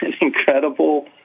incredible